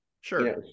sure